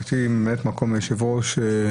ממלאת מקום היושב ראש.